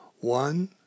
One